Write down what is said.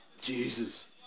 Jesus